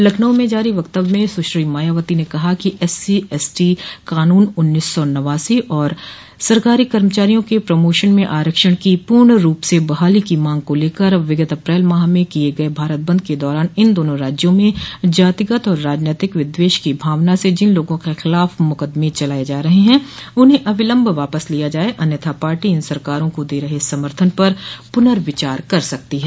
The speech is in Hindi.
लखनऊ में जारी वक्तव्य में सुश्री मायावती ने कहा है कि एससी एसटी कानून उन्नीस सौ नवासी और सरकारी कर्मचारियों के प्रमोशन में आरक्षण की पूर्ण रूप से बहाली की मांग को लेकर विगत अप्रैल माह में किये गये भारत बंद के दौरान इन दोनों राज्यों में जातिगत और राजनैतिक विद्वेष की भावना से जिन लोगों के ख़िलाफ़ मुक़दमें चलाये जा रहे हैं उन्हें अविलम्ब वापस लिया जाये अन्यथा पार्टी इन सरकारों को दे रहे समर्थन पर पूनर्विचार कर सकती है